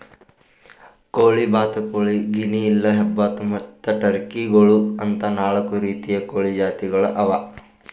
ಕೋಳಿ, ಬಾತುಕೋಳಿ, ಗಿನಿಯಿಲಿ, ಹೆಬ್ಬಾತು ಮತ್ತ್ ಟರ್ಕಿ ಗೋಳು ಅಂತಾ ನಾಲ್ಕು ರೀತಿದು ಕೋಳಿ ಜಾತಿಗೊಳ್ ಅವಾ